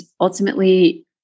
ultimately